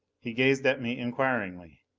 he gazed at me inquiringly.